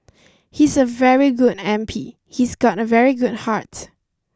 he's a very good M P he's got a very good heart